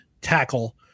tackle